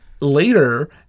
later